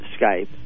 Skype